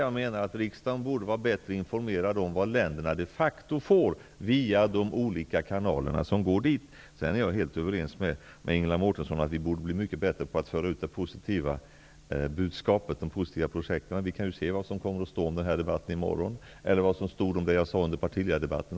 Jag menar alltså att riksdagen borde vara bättre informerad om vad länderna de facto får via de olika kanalerna. Jag är helt överens med Ingela Mårtensson om att vi borde bli mycket bättre på att föra ut de positiva budskapen om de positiva projekten. Vi kan ju se vad som kommer att stå i tidningarna i morgon om den här debatten eller vad som stod om det som jag sade under partiledardebatten.